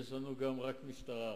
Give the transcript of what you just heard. יש לנו גם רק משטרה אחת.